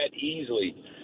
easily